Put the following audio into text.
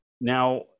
Now